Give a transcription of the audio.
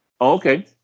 okay